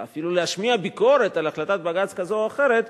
אלא אפילו להשמיע ביקורת על החלטת בג"ץ כזו או אחרת,